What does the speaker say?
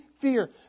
fear